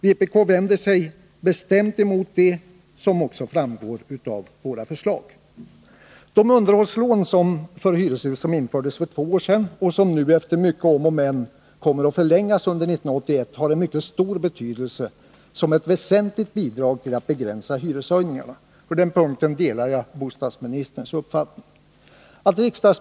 Vpk vänder sig bestämt emot detta, som också framgår av våra förslag. De underhållslån för hyreshus som infördes för två år sedan och som nu efter mycket om och men kommer att förlängas under 1981 har en mycket stor betydelse som ett väsentligt bidrag till att begränsa hyreshöjningen. På den punkten delar jag bostadsministerns uppfattning.